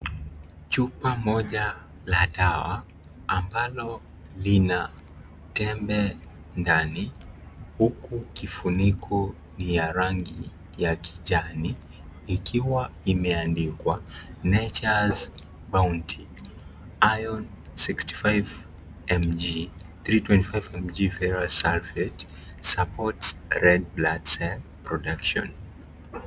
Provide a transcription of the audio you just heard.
Chupa moja la dawa ambalo lina tembe ndani, huku kifuniko ni ya rangi ya kijani, ikiwa imeandikwa nature's bounty iron sixty five mg 325 ferrous sulfate supports red blood cells production .